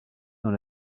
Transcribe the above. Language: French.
dans